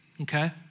Okay